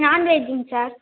நான்வெஜ்ஜுங்க sir